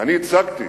אני הצגתי